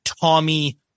Tommy